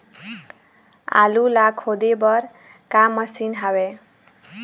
आलू ला खोदे बर का मशीन हावे?